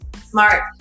smart